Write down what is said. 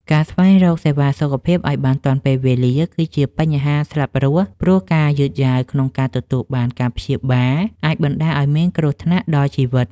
ការស្វែងរកសេវាសុខភាពឱ្យបានទាន់ពេលវេលាគឺជាបញ្ហាស្លាប់រស់ ព្រោះការយឺតយ៉ាវក្នុងការទទួលបានការព្យាបាលអាចបណ្តាលឱ្យមានគ្រោះថ្នាក់ដល់ជីវិត។